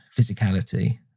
physicality